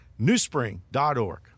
newspring.org